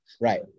right